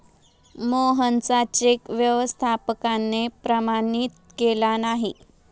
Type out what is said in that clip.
मोहनचा चेक व्यवस्थापकाने प्रमाणित केला नाही